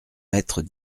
mètres